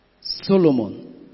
Solomon